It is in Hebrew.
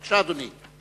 בבקשה, אדוני.